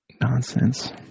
Nonsense